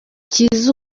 cyiza